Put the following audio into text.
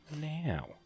now